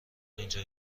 اینجا